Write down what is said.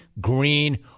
green